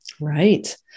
Right